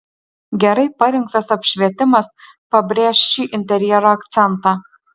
gerai parinktas apšvietimas pabrėš šį interjero akcentą